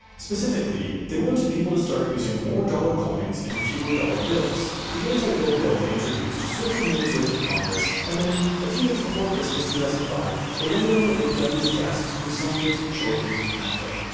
specifically, they wanted people to start using more dollar coins and fewer dollar bills. the anti-bill bill they introduced swiftly made its way through congress and then, a few days before christmas two thousand and five, it landed on the big w's desk who signed it shortly after.